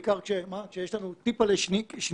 בעיקר כשיש לנו טיפל'ה שניות,